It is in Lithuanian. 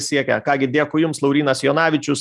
siekia ką gi dėkui jums laurynas jonavičius